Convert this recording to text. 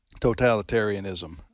totalitarianism